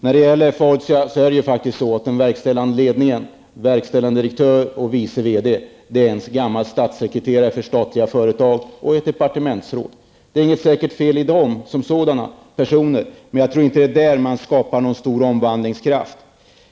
När det gäller Fortia är det ju faktiskt så att den verkställande ledningen, verkställande direktör och vice verkställande direktör, är en gammal statssekreterare för statliga företag och ett departementsråd. Det är säkert inget fel på dem som personer, men jag tror inte att man skapar några stora omvandlingskrafter där.